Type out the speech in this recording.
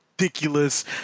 ridiculous